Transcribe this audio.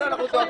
משרד ראש